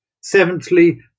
Seventhly